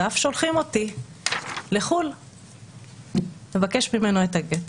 ואף שולחים אותי לחו"ל לבקש ממנו את הגט.